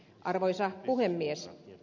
arvoisa puhemies